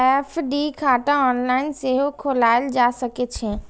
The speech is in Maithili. एफ.डी खाता ऑनलाइन सेहो खोलाएल जा सकै छै